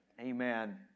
amen